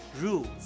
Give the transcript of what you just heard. Rules